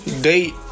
date